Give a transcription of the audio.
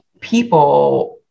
people